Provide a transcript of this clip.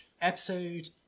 Episode